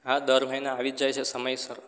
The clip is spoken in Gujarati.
હા દર મહિને આવી જ જાય છે સમયસર